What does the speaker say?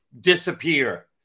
disappear